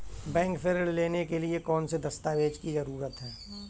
Bank से ऋण लेने के लिए कौन से दस्तावेज की जरूरत है?